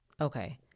Okay